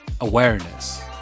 awareness